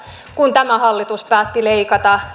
kun tämä hallitus päätti leikata